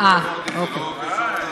זה משרד המשפטים.